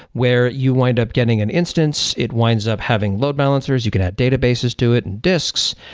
where you wind up getting an instance, it winds up having load balancers. you could have databases do it in disks,